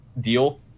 deal